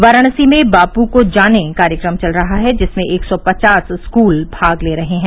वाराणसी में बापू को जाने कार्यक्रम चल रहा है जिसमें एक सौ पचास स्कूल भाग ले रहे हैं